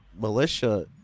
militia